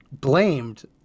blamed